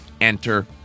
Enter